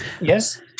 Yes